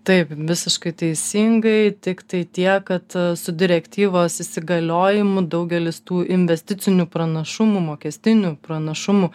taip visiškai teisingai tiktai tiek kad su direktyvos įsigaliojimu daugelis tų investicinių pranašumų mokestinių pranašumų